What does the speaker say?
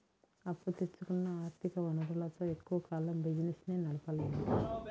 అప్పు తెచ్చుకున్న ఆర్ధిక వనరులతో ఎక్కువ కాలం బిజినెస్ ని నడపలేము